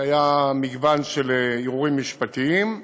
היה מגוון של ערעורים משפטיים,